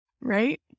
Right